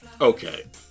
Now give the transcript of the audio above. Okay